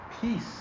peace